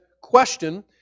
question